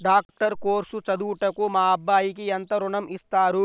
Doctor course చదువుటకు మా అబ్బాయికి ఎంత ఋణం ఇస్తారు?